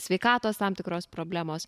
sveikatos tam tikros problemos